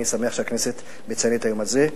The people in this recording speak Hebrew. אני שמח שהכנסת מציינת את היום הזה.